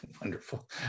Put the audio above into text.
Wonderful